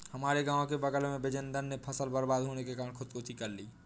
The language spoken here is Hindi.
हमारे गांव के बगल में बिजेंदर ने फसल बर्बाद होने के कारण खुदकुशी कर ली